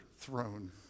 throne